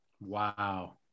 Wow